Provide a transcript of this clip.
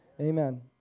Amen